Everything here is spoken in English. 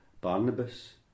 Barnabas